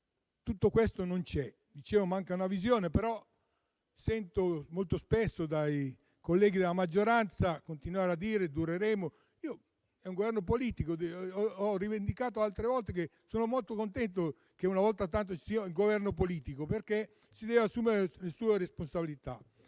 tutto questo non c'è e manca una visione. Sento molto spesso, dai colleghi della maggioranza, dire che il Governo durerà. È un Governo politico e io ho rivendicato altre volte che sono molto contento che una volta tanto ci sia un Governo politico, perché si deve assumere le sue responsabilità.